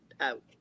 out